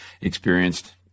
experienced